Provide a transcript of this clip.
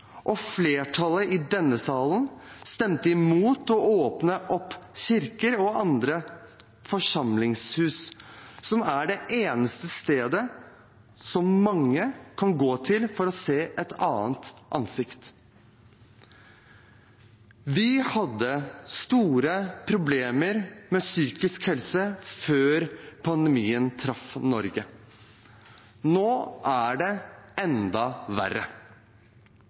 og flertallet i denne salen stemte imot å åpne opp kirker og andre forsamlingshus, som er det eneste stedet mange kan gå til for å se et annet ansikt. Vi hadde store problemer med psykisk helse før pandemien traff Norge – nå er det enda verre.